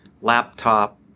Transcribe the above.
laptop